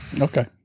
Okay